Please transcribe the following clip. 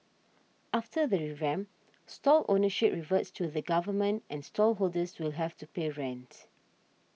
after the revamp stall ownership reverts to the Government and stall holders will have to pay rent